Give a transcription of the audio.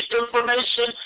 information